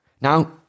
Now